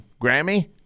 Grammy